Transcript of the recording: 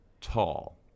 tall